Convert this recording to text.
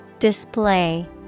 Display